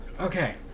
Okay